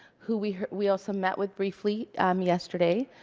who we we also met with briefly um yesterday.